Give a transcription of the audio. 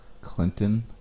Clinton